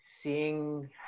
seeing –